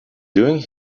doing